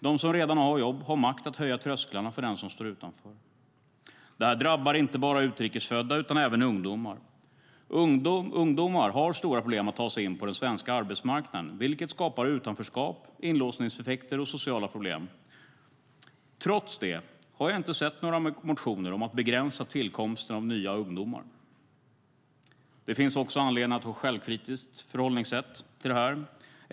De som redan har jobb har makt att höja trösklarna för dem som står utanför. Detta drabbar inte bara utrikesfödda utan även ungdomar. Ungdomar har stora problem att ta sig in på den svenska arbetsmarknaden, vilket skapar utanförskap, inlåsningseffekter och sociala problem. Trots det har jag inte sett några motioner om att begränsa tillkomsten av nya ungdomar. Det finns också anledning att ha ett självkritiskt förhållningssätt till detta.